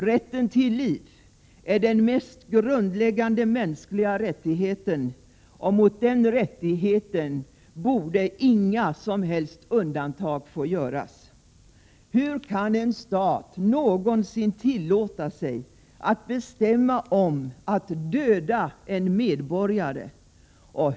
Rätten till liv är den mest grundläggande mänskliga rättigheten, och mot den borde inga som helst undantag få göras. Hur kan en stat någonsin tillåta sig att besluta att döda en medborgare?